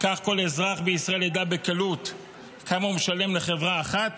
כך כל אזרח בישראל ידע בקלות כמה הוא משלם לחברה אחת